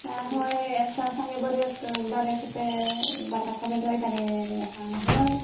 ᱟᱪᱪᱷᱟ ᱦᱳᱭ ᱟᱪᱪᱷᱟ ᱥᱟᱸᱜᱮ ᱵᱟᱹᱨᱭᱟᱛ ᱵᱟᱨᱮ ᱠᱚᱛᱮ ᱵᱟᱨᱠᱟᱛᱷᱟ ᱵᱮᱱ ᱞᱟᱹᱭ ᱫᱟᱲᱮᱭᱟᱜᱼᱟ ᱦᱩᱱᱟᱹᱝ